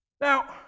Now